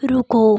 रुको